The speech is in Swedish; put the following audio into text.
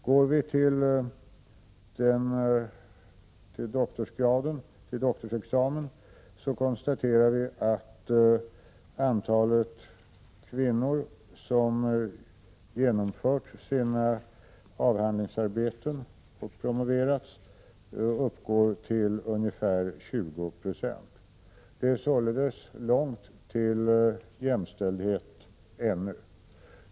När det gäller doktorsexamen kan vi konstatera att andelen kvinnor som genomfört sina avhandlingsarbeten och promoverats uppgår till ungefär 20 26. Det är således långt till jämställdhet ännu.